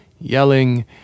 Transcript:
yelling